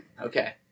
Okay